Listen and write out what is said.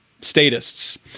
statists